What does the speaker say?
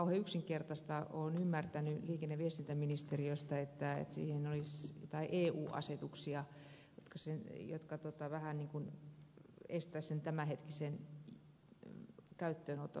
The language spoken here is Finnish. olen ymmärtänyt liikenne ja viestintäministeriöstä että siihen olisi joitakin eu asetuksia jotka vähän niin kuin estäisivät sen tämänhetkisen käyttöönoton